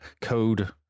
code